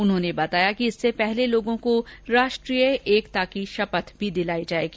उन्होंने बताया कि इससे पहले लोगों को राष्ट्रीय एकता दिवस की शपथ भी दिलाई जाएगी